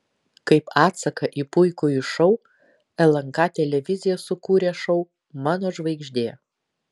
kaip atsaką į puikųjį šou lnk televizija sukūrė šou mano žvaigždė